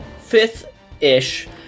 fifth-ish